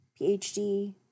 phd